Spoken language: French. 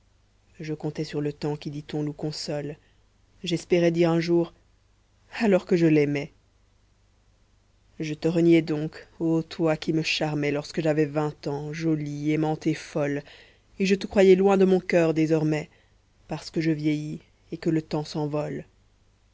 je comptais sur le temps qui dit-on nous console j'espérais dire un jour alors que je l'aimais je te reniais donc ô toi qui me charmais lorsque j'avais vingt ans jolie aimante et folle et je te croyais loin de mon coeur désormais parce que je vieillis et que le temps s'envole